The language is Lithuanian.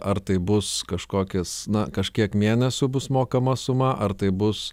ar tai bus kažkokias na kažkiek mėnesių bus mokama suma ar tai bus